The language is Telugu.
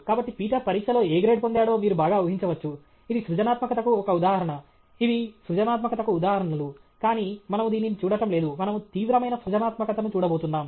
కాబట్టి పీటర్ పరీక్షలో ఏ గ్రేడ్ పొందాడో మీరు బాగా ఊహించవచ్చు ఇది సృజనాత్మకతకు ఒక ఉదాహరణ ఇవి సృజనాత్మకతకు ఉదాహరణలు కానీ మనము దీనిని చూడటం లేదు మనము తీవ్రమైన సృజనాత్మకతను చూడబోతున్నాం